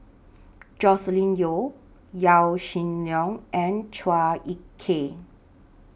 Joscelin Yeo Yaw Shin Leong and Chua Ek Kay